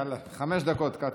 יאללה, חמש דקות, קטי.